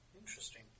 Interesting